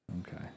Okay